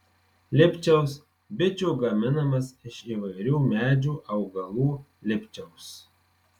lipčiaus bičių gaminamas iš įvairių medžių augalų lipčiaus